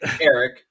Eric